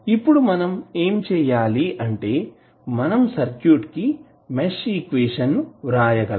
ఇప్పుడు మనం ఏమి చేయాలి అంటే మనం సర్క్యూట్ కి మెష్ ఈక్వేషన్ వ్రాయగలమా